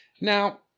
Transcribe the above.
Now